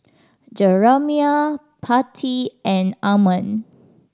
Jeramiah Patti and Ammon